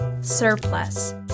surplus